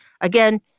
again